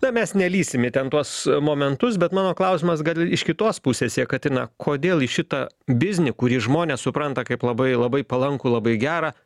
na mes nelįsim į ten tuos momentus bet mano klausimas gal iš kitos pusės jekaterina kodėl į šitą biznį kurį žmonės supranta kaip labai labai palankų labai gerą